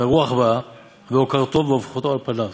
והרוח באה ועוקרתו והופכתו על פניו.